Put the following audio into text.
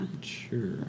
Sure